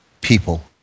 people